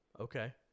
Okay